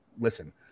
listen